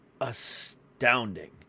astounding